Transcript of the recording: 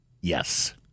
Yes